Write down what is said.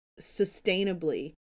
sustainably